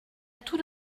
tout